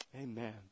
Amen